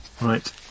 Right